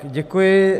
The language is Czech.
Děkuji.